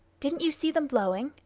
didn't you see them blowing?